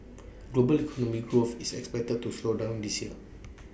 global economic growth is expected to slow down this year